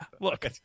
Look